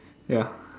ya